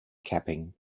capping